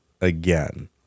again